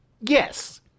Yes